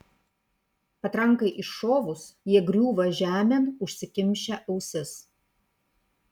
patrankai iššovus jie griūva žemėn užsikimšę ausis